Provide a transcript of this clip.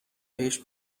بهش